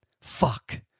Fuck